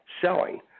selling